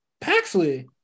Paxley